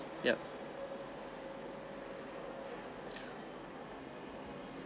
yup